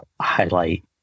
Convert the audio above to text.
highlight